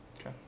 Okay